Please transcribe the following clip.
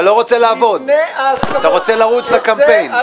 אתה לא רוצה לעבוד, אתה רוצה לרוץ לקמפיין.